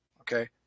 Okay